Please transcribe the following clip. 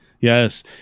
Yes